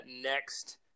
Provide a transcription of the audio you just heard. next –